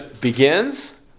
begins